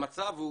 המצב הוא